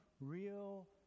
real